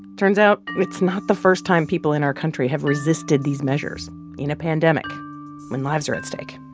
turns out it's not the first time people in our country have resisted these measures in a pandemic when lives are at stake.